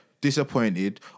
disappointed